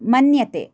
मन्यते